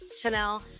Chanel